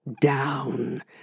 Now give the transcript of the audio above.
down